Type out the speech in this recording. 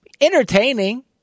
Entertaining